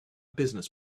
business